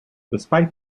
despite